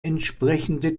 entsprechende